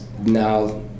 now